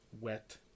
wet